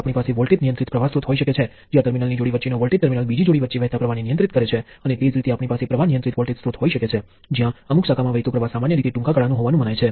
તેથી ફરીથી કારણ કે આ પ્ર્વાહ GVxછે જેનું રેખીય કાર્ય Vx છે આ નિયંત્રિત સ્રોત રેખીય છે